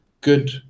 good